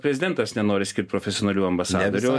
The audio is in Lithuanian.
prezidentas nenori skirti profesionalių ambasadorių